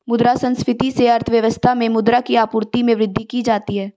मुद्रा संस्फिति से अर्थव्यवस्था में मुद्रा की आपूर्ति में वृद्धि की जाती है